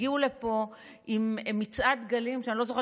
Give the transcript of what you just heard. הגיעו לפה עם מצעד דגלים שאני לא זוכרת